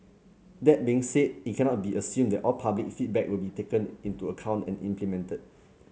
that being said it cannot be assumed that all public feedback will be taken into account and implemented